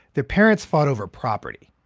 their parents fought over property.